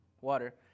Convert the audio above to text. water